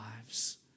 lives